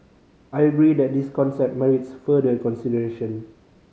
I agree that this concept merits further consideration